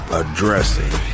addressing